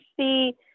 see